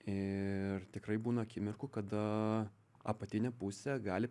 ir tikrai būna akimirkų kada apatinė pusė gali